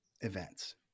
events